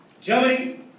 Germany